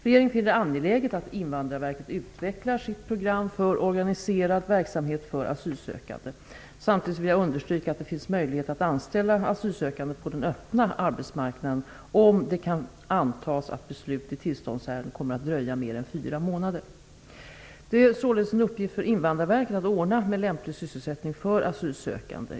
Regeringen finner det angeläget att Invandrarverket vidareutvecklar sitt program för organiserad verksamhet för asylsökande. Samtidigt vill jag understryka att det finns möjlighet att anställa asylsökande på den öppna arbetsmarknaden om det kan antas att beslut i tillståndsärendet kommer att dröja mer än fyra månader. Det är således en uppgift för Invandrarverket att ordna med lämplig sysselsättning för asylsökande.